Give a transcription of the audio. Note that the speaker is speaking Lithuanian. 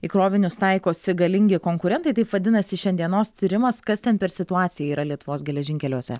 į krovinius taikosi galingi konkurentai taip vadinasi šiandienos tyrimas kas ten per situacija yra lietuvos geležinkeliuose